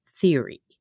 theory